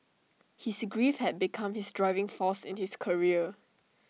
his grief had become his driving force in his career